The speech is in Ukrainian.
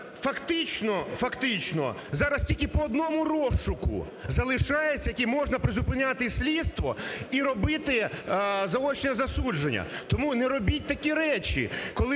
фактично, зараз тільки по одному розшуку залишається, який можна призупиняти слідство і робити заочне засудження. Тому не робіть такі речі,